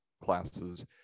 classes